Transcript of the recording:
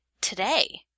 today